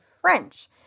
French